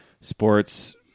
sports